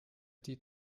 die